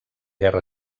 guerra